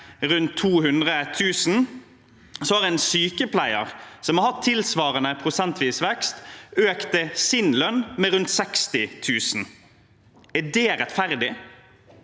rundt 200 000 kr, har en sykepleier som har hatt tilsvarende prosentvis vekst, økt sin lønn med rundt 60 000 kr. Er det rettferdig?